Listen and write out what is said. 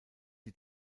sie